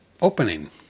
opening